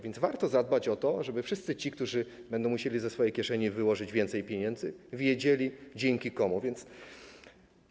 Warto zatem zadbać o to, żeby wszyscy ci, którzy będą musieli ze swojej kieszeni wyłożyć więcej pieniędzy, wiedzieli, dzięki komu tak jest.